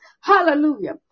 Hallelujah